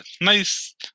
nice